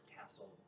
castle